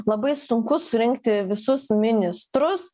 labai sunku surinkti visus ministrus